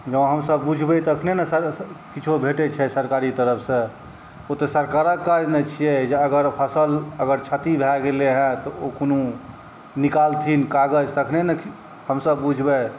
जँ हमसब बुझबै तखने ने किछु भेटै छै सरकारी तरफसँ ओ तऽ सरकारके काज ने छिए जे अगर फसिल अगर क्षति भऽ गेलै हँ तऽ ओ कोनो निकालथिन कागज तखने ने हमसब बुझबै